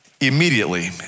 Immediately